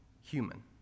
human